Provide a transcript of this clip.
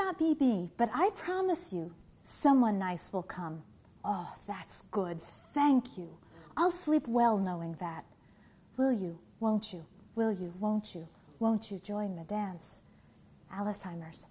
not be but i promise you someone nice will come off that's good thank you all sleep well knowing that well you won't you will you won't you won't you join the dance alice timers